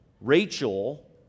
Rachel